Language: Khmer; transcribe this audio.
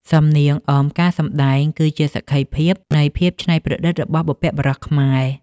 សំនៀងអមការសម្ដែងគឺជាសក្ខីភាពនៃភាពច្នៃប្រឌិតរបស់បុព្វបុរសខ្មែរ។